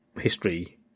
history